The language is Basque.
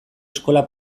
eskola